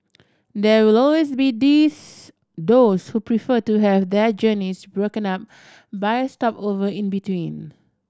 there will always be these those who prefer to have their journeys broken up by a stopover in between